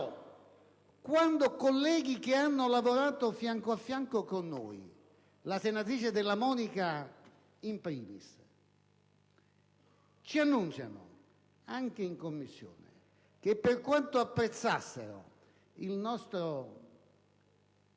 quando colleghi che hanno lavorato fianco a fianco con noi - la senatrice Della Monica *in primis* - ci annunciano anche in Commissione che, per quanto apprezzassero il nostro